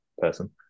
person